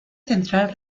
central